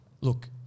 look